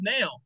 now